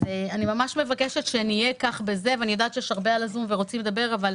אני יודעת שיש הרבה ב-זום ורוצים לדבר, אבל